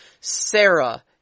Sarah